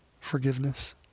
forgiveness